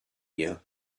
you